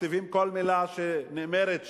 ומכתיבים כל מלה שנאמרת שם,